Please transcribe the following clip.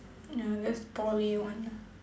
ya that's poly one lah